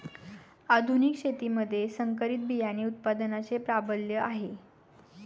आधुनिक शेतीमध्ये संकरित बियाणे उत्पादनाचे प्राबल्य आहे